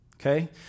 Okay